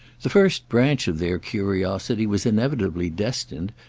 the first branch of their curiosity was inevitably destined,